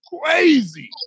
crazy